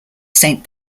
saint